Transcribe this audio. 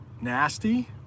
nasty